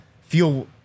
feel